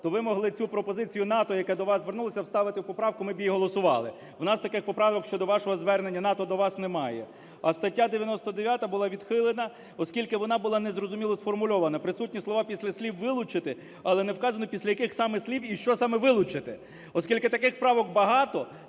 то ви могли цю пропозицію НАТО, яке до вас звернулося, вставити в поправку, ми б її голосували. В нас таких поправок щодо вашого звернення НАТО до вас немає. А стаття 99 була відхилена, оскільки вона була незрозуміло сформульована. Присутні слова після слів "вилучити", але не вказано після яких саме слів і що саме вилучити. Оскільки таких правок багато,